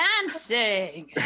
dancing